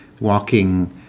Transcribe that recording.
walking